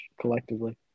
collectively